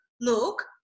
Look